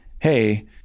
Hey